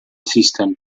system